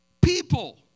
people